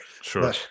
Sure